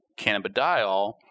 cannabidiol